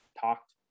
talked